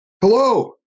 Hello